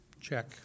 check